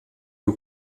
you